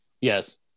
Yes